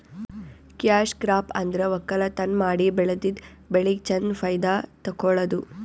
cash crop ಅಂದ್ರ ವಕ್ಕಲತನ್ ಮಾಡಿ ಬೆಳದಿದ್ದ್ ಬೆಳಿಗ್ ಚಂದ್ ಫೈದಾ ತಕ್ಕೊಳದು